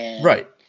Right